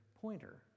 pointer